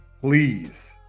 Please